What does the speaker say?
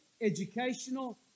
educational